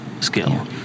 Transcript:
skill